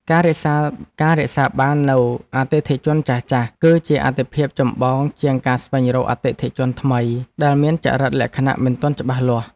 ការរក្សាបាននូវអតិថិជនចាស់ៗ គឺជាអាទិភាពចម្បងជាងការស្វែងរកអតិថិជនថ្មីដែលមានចរិតលក្ខណៈមិនទាន់ច្បាស់លាស់។